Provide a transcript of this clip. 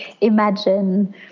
imagine